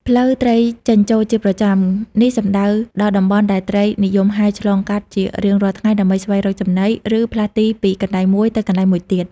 ផ្លូវត្រីចេញចូលជាប្រចាំ នេះសំដៅដល់តំបន់ដែលត្រីនិយមហែលឆ្លងកាត់ជារៀងរាល់ថ្ងៃដើម្បីស្វែងរកចំណី ឬផ្លាស់ទីពីកន្លែងមួយទៅកន្លែងមួយទៀត។